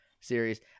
series